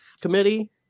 committee